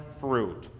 fruit